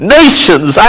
nations